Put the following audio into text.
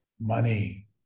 money